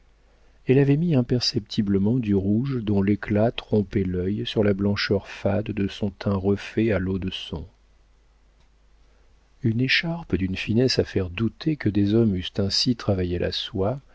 elle avait mis imperceptiblement du rouge dont l'éclat trompait l'œil sur la blancheur fade de son teint refait à l'eau de son une écharpe d'une finesse à faire douter que des hommes eussent ainsi travaillé la soie